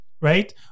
right